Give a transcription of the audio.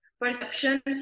perception